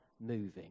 moving